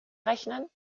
rechnen